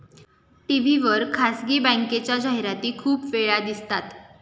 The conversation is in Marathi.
टी.व्ही वर खासगी बँकेच्या जाहिराती खूप वेळा दिसतात